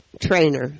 trainer